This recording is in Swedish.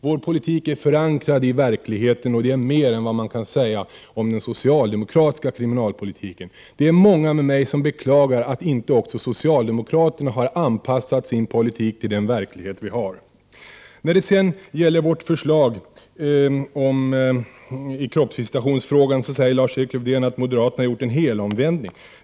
Vår politik är förankrad i verkligheten, vilket är mer än vad man kan säga om den socialdemokratiska kriminalpolitiken. Det finns många med mig som beklagar att inte också socialdemokraterna har anpassat sin politik till den verklighet som vi lever i. Beträffande vårt förslag om kroppsvisitation säger Lars-Erik Lövdén att moderaterna har gjort en helomvändning.